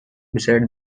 beside